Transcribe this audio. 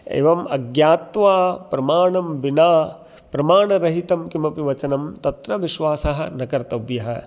एवम् अज्ञात्वा प्रमाणं विना प्रमाणरहितं किमपि वचनं तत्र विश्वासः न कर्तव्यः